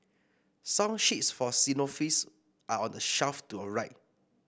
song sheets for xylophones are on the shelf to your right